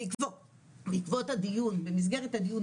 בעקבות הדיון במסגרת הדיון,